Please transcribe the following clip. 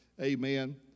Amen